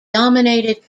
dominated